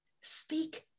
Speak